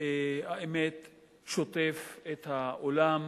שוטף את העולם.